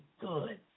good